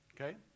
Okay